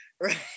right